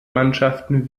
mannschaften